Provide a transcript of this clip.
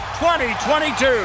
2022